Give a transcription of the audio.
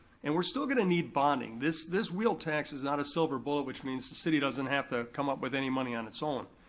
and we're still gonna need bonding. this this wheel tax is not a silver bullet which means the city doesn't have to come up with any money on its own.